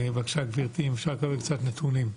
בבקשה, גברתי, אם אפשר לקבל קצת נתונים.